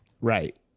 Right